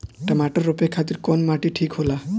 टमाटर रोपे खातीर कउन माटी ठीक होला?